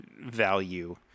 value